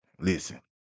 listen